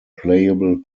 playable